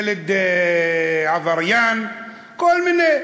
ילד עבריין, כל מיני.